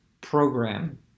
program